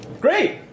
Great